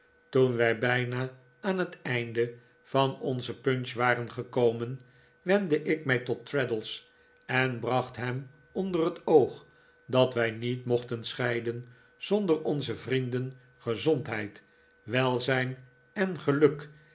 toen wij bijna aan het einde van onze punch waren gekomen wendde ik mij tot traddles en bracht hem onder het oog dat wij niet mochten scheiden zonder onze vrienden gezondheid welzijn en geluk